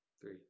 Three